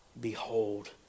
Behold